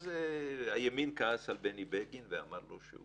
אז הימין כעס על בני בגין ואמר לו שהוא